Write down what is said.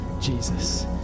Jesus